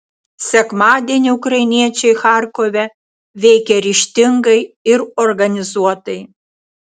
sekmadienį ukrainiečiai charkove veikė ryžtingai ir organizuotai